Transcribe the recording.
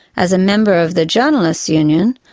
as a member of the journalists' union,